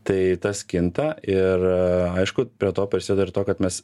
tai tas kinta ir aišku prie to prisideda ir to kad mes